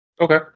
Okay